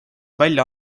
välja